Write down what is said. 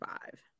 five